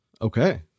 Okay